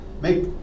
Make